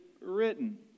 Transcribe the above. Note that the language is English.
written